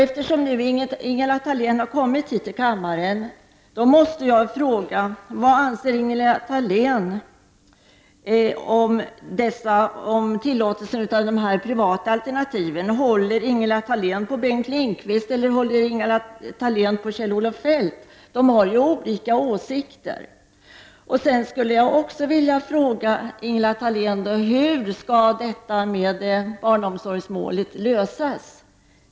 Eftersom Ingela Thalén nu finns här i kammaren vill jag fråga: Vad anser Ingela Thalén om att tillåta privata alternativ? Håller Ingela Thalén med Bengt Lindqvist eller Kjell-Olof Feldt? De har ju olika åsikter. Hur skall frågan om barnomsorgsmålet lösas?